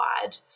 wide